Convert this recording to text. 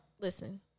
listen